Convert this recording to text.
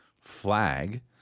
flag